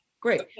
great